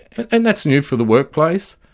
and that's new for the workplace,